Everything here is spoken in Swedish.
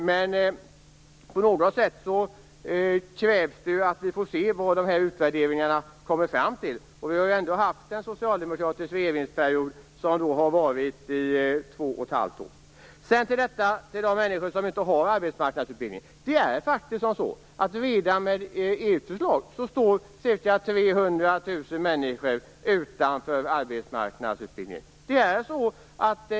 Men det krävs ju att vi får veta resultatet av utvärderingarna. Det har ju ändå varit en socialdemokratisk regeringsperiod som har varat i två och ett halvt år. När det gäller de människor som inte får arbetsmarknadsutbildning är det faktiskt så att redan med ert förslag står ca 300 000 människor utanför arbetsmarknadsutbildningen.